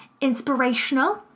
inspirational